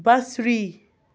بصری